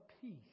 peace